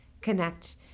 connect